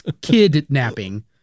kidnapping